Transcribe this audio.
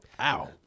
ow